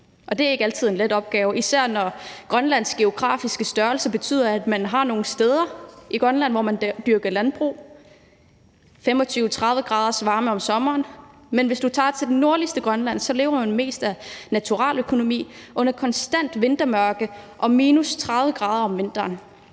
Det er ikke altid en let opgave, især når Grønlands geografiske størrelse betyder, at man har nogle steder i Grønland, hvor man dyrker landbrug og har 25-30 graders varme om sommeren, men hvis du tager til det nordligste Grønland, lever man mest af naturaløkonomi under konstant vintermørke og med minus 30 grader om vinteren.